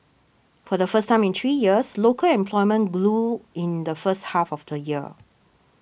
for the first time in three years local employment grew in the first half of the year